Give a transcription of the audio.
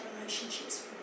relationships